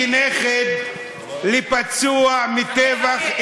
כנכד לפצוע מטבח,